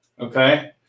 okay